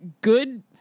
good